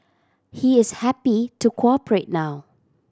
he is happy to cooperate now